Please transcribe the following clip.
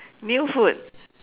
new food